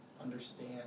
understand